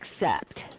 accept